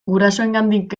gurasoengandik